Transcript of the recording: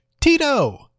Tito